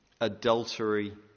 adultery